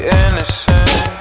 innocent